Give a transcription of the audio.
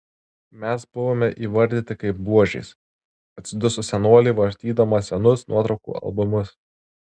mes buvo įvardyti kaip buožės atsiduso senolė vartydama senus nuotraukų albumus